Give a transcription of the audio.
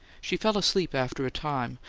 she fell asleep, after a time,